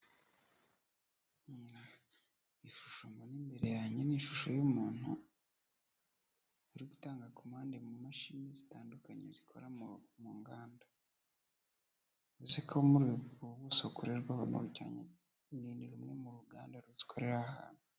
Ishusho mbona imbere yanjye ni ishusho y'umuntu uri gutanga komande mu mashini zitandukanye zikorera mu nganda. Uri ni rumwe mu nganda zikorera aha hantu.